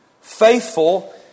Faithful